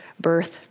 birth